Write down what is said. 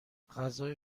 غذای